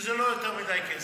שזה לא יותר מדי כסף,